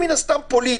מסכות,